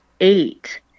eight